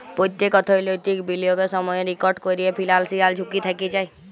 প্যত্তেক অর্থলৈতিক বিলিয়গের সময়ই ইকট ক্যরে ফিলান্সিয়াল ঝুঁকি থ্যাকে যায়